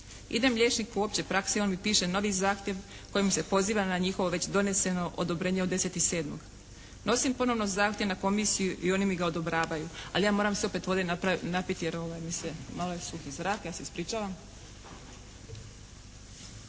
Idem liječniku opće prakse i on mi piše novi zahtjev kojim se poziva na njihovo već doneseno odobrenje od 10.7. Nosim ponovno zahtjev na komisiju i oni mi ga odobravaju. Ali ja moram opet vode se napiti jer mi je malo suhi zrak, ja se ispričavam.